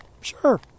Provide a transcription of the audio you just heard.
Sure